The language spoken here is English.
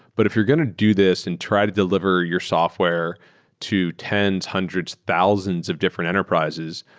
but if you're going to do this and try to deliver your software to tens, hundreds, thousands of different enterprises,